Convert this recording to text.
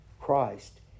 Christ